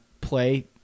play